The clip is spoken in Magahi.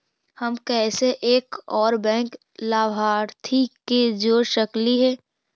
हम कैसे एक और बैंक लाभार्थी के जोड़ सकली हे?